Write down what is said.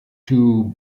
two